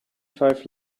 five